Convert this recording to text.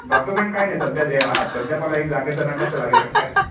document काय नाही सध्या ये सध्या मला एक जागेचं नकाशा लागेल आणि काय नाही